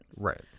Right